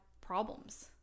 problems